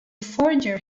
forger